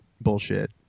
bullshit